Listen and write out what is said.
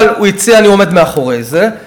אבל הוא הציע, ואני עומד מאחורי זה.